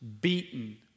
beaten